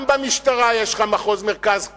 גם במשטרה יש לך מחוז מרכז,